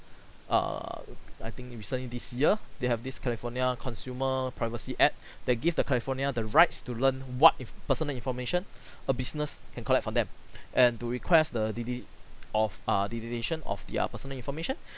err I think recently this year they have this california consumer privacy app they give the california the rights to learn what inf~ personal information a business can collect from them and to request the dele~ of err deletion of their personal information